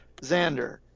Xander